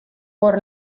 por